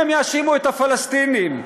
הם יאשימו את הפלסטינים.